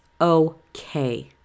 okay